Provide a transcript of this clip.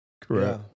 Correct